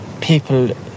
people